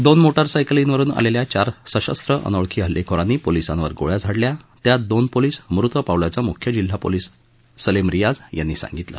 दोन मो उ सायकलींवरुन आलेल्या चार सशस्त्र अनोळखी हल्लेखोरांनी पोलिसांवर गोळया झाडल्या त्यात दोन पोलीस मृत पावल्याचं मुख्य जिल्हा पोलिस सलीम रियाझ यांनी सांगितलं